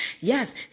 Yes